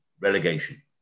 relegation